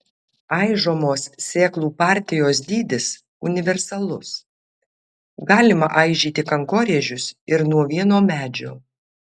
aižomos sėklų partijos dydis universalus galima aižyti kankorėžius ir nuo vieno medžio